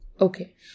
Okay